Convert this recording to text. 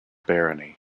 barony